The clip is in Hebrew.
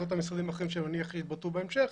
באחריות המשרדים האחרים שאני מניח שיתבטאו בהמשך,